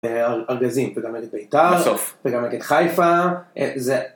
ארגזים, וגם נגד בית"ר, וגם נגד חיפה.